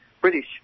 British